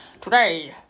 today